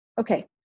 okay